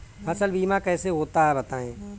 फसल बीमा कैसे होता है बताएँ?